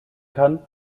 kann